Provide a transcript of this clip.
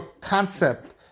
concept